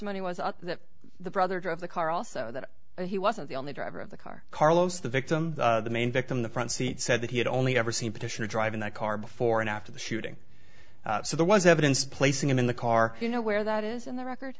mony was that the brother drove the car also that he wasn't the only driver of the car carlos the victim the main victim the front seat said that he had only ever seen petitioner driving that car before and after the shooting so there was evidence placing him in the car you know where that is in the